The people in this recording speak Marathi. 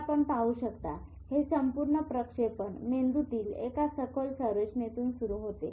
तर आपण पाहू शकता हे संपूर्ण प्रक्षेपण मेंदूतील एका सखोल संरचनेतून सुरु होते